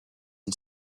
and